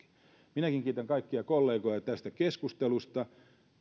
minäkin kiitän kaikkia kollegoja tästä keskustelusta